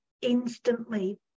instantly